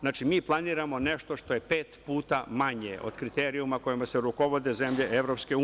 Znači, mi planiramo nešto što je pet puta manje od kriterijuma kojima se rukovode zemlje EU.